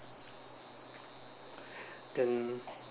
then